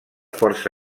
força